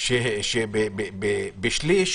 שבשליש